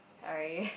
sorry